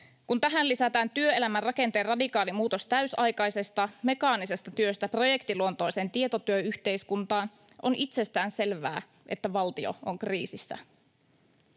Kun tähän lisätään työelämän rakenteen radikaali muutos täysaikaisesta mekaanisesta työstä projektiluontoisen tietotyön yhteiskuntaan, on itsestäänselvää, että valtio on kriisissä.